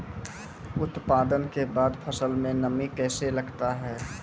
उत्पादन के बाद फसल मे नमी कैसे लगता हैं?